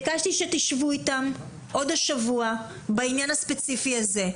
ביקשתי שתשבו איתם עוד השבוע בעניין הספציפי הזה,